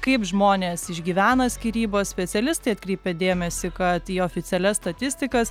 kaip žmonės išgyvena skyrybas specialistai atkreipia dėmesį kad į oficialias statistikas